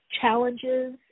challenges